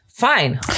fine